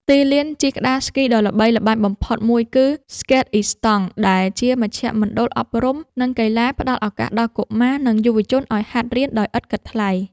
ទីលានជិះក្ដារស្គីដ៏ល្បីល្បាញបំផុតមួយគឺ ស្កេតអ៊ីស្តង់ ដែលជាមជ្ឈមណ្ឌលអប់រំ និងកីឡាផ្ដល់ឱកាសដល់កុមារ និងយុវជនឱ្យហាត់រៀនដោយឥតគិតថ្លៃ។